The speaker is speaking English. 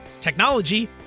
technology